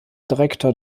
direktor